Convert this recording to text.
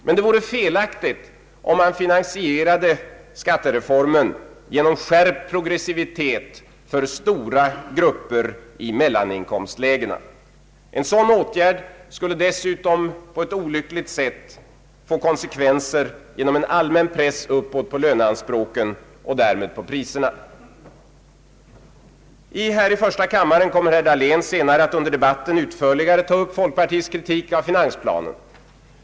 Men det vore felaktigt om man finansierade skattereformen genom skärpt progressivitet för stora grupper i mellaninkomstlägena. En sådan åtgärd skulle dessutom på ett olyckligt sätt få konsekvenser genom en allmän press uppåt på löneanspråken och därmed på priserna. Här i första kammaren kommer herr Dahlén att senare under debatten utförligare ta upp folkpartiets kritik av finansplanen.